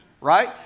right